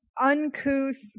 uncouth